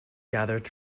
gathered